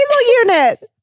unit